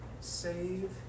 save